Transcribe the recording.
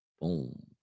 Boom